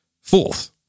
fourth